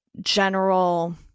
general